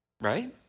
Right